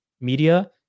media